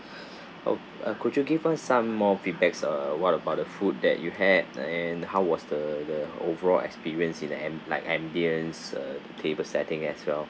oh uh could you give us some more feedbacks uh what about the food that you had and how was the the overall experience in the am~ like ambiance uh table setting as well